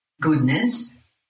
goodness